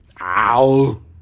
Ow